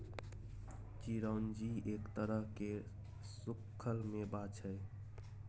चिरौंजी एक तरह केर सुक्खल मेबा छै